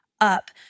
up